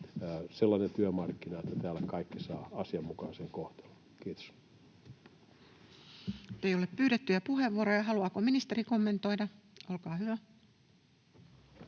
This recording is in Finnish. sellainen työmarkkina, että täällä kaikki saavat asianmukaisen kohtelun. — Kiitos. Ei ole pyydettyjä puheenvuoroja. Haluaako ministeri kommentoida? — Olkaa hyvä.